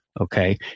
okay